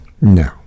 No